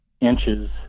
inches